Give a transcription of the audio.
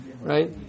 right